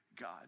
God